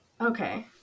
Okay